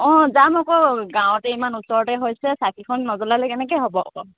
অ যাম আকৌ গাঁৱতে ইমান ওচৰতে হৈছে চাকিখন নজ্বলালে কেনেকৈ হ'ব আকৌ